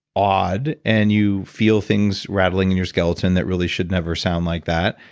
odd and you feel things rattling in your skeleton that really should never sound like that.